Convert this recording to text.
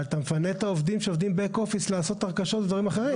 אבל אתה מפנה את העובדים שעובדים בק אופיס לעשות הרכשות ודברים אחרים.